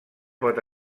pot